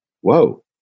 whoa